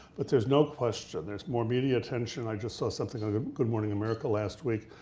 but there's no question, there's more media tension. i just saw something on good good morning america last week,